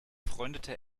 freundete